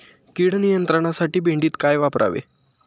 कीड नियंत्रणासाठी भेंडीत काय वापरावे?